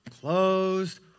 closed